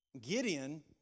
Gideon